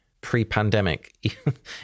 pre-pandemic